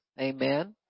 amen